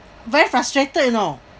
very frustrated you know